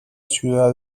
ciudad